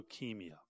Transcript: leukemia